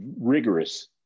rigorous